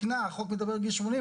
החוק מדבר על גיל 80,